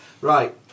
Right